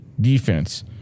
defense